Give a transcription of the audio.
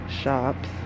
shops